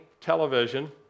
television